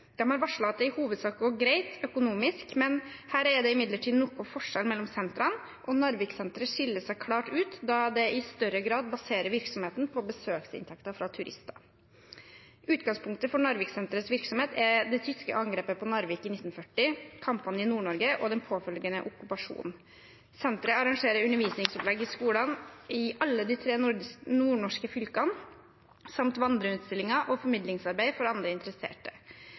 har varslet at det i hovedsak går greit økonomisk. Her er det imidlertid noe forskjell mellom sentrene, og Narviksenteret skiller seg klart ut, da det i større grad baserer virksomheten på besøksinntekter fra turister. Utgangspunktet for Narviksenterets virksomhet er det tyske angrepet på Narvik i 1940, kampene i Nord-Norge og den påfølgende okkupasjonen. Senteret arrangerer undervisningsopplegg i skolene i alle de tre nordnorske fylkene samt vandreutstillinger og formidlingsarbeid for andre interesserte.